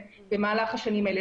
במהלך השנים האלה.